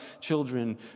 children